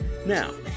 now